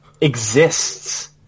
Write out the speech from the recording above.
exists